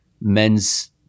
men's